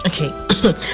okay